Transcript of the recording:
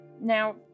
Now